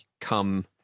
come